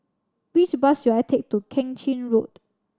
which bus should I take to Keng Chin Road